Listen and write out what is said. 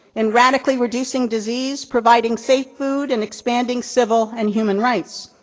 and radically reducing disease, providing safe food, and expanding civil and human rights.